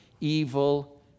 evil